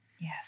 Yes